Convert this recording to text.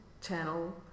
channel